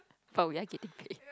but we're getting paid